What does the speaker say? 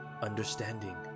Understanding